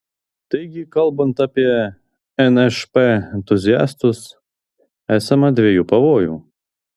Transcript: taigi kalbant apie nšp entuziastus esama dviejų pavojų